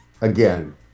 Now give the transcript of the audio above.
Again